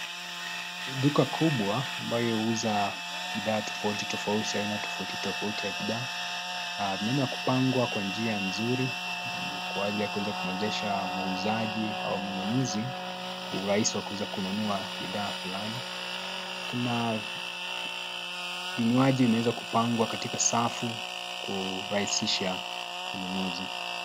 Ni duka kubwa ambayo huuza, bidhaa tofauti tofauti aina tofauti tofauti ya bidhaa, imeweza kupangwa kwa njia nzuri, kwa ajili ya kuweza kumwezesha muuzaji au mnunuzi, urahisi wa kuweza kununua bidhaa fulani, kuna, vinywaji imeweza kupangwa katika safu, kurahisisha, ununuzi.